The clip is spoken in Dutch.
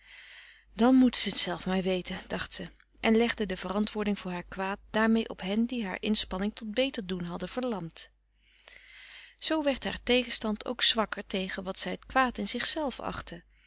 dan moeten ze t maar zelf weten dacht ze en legde de verantwoording voor haar kwaad daarmee op hen die haar inspanning tot beter doen hadden verlamd zoo werd haar tegenstand ook zwakker tegen wat zij kwaad in zichzelve achtte